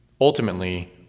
Ultimately